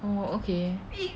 oh okay